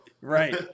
Right